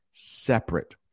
separate